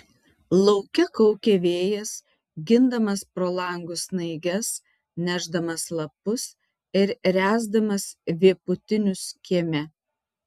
lauke kaukė vėjas gindamas pro langus snaiges nešdamas lapus ir ręsdamas vėpūtinius kieme